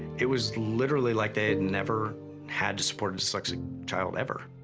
it was literally like they had never had to support a sexy child ever.